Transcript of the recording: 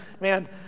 man